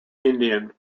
indian